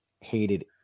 hated